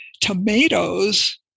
tomatoes